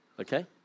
Okay